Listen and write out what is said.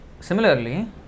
Similarly